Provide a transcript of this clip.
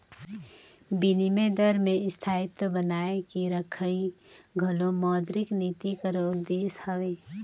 बिनिमय दर में स्थायित्व बनाए के रखई घलो मौद्रिक नीति कर उद्देस हवे